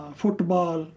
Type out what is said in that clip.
football